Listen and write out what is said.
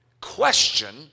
question